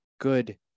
good